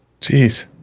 Jeez